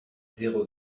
zéro